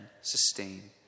sustain